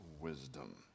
wisdom